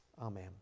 Amen